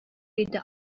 иде